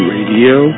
Radio